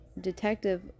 Detective